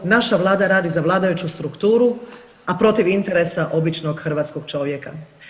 Naša Vlada radi za vladajuću strukturu, a protiv interesa običnog hrvatskog čovjeka.